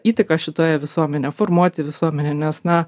įtaką šitoje visuomenėj formuoti visuomenę nes na